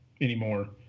anymore